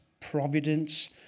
providence